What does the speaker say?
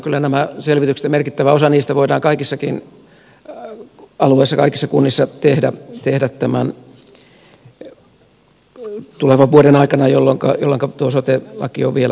kyllä nämä selvitykset merkittävä osa niistä voidaan kaikillakin alueilla kaikissa kunnissa tehdä tämän tulevan vuoden aikana jolloinka tuo sote laki on vielä valmisteilla